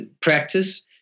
practice